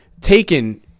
taken